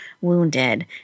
wounded